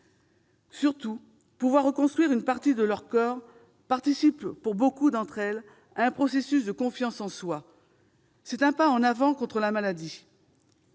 Surtout, pouvoir reconstruire une partie de leur corps participe, pour nombre d'entre elles, à un processus de confiance en soi. C'est un pas en avant contre la maladie.